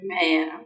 Man